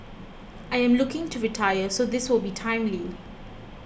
I am looking to retire so this will be timely